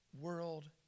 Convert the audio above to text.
world